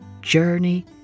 journey